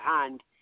hand